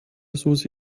susi